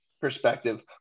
perspective